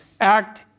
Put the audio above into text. act